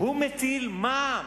הוא מטיל מע"מ.